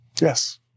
Yes